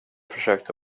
försökte